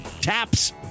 taps